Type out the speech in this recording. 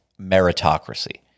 meritocracy